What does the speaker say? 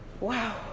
wow